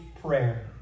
prayer